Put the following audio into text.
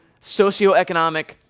socioeconomic